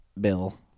Bill